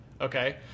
okay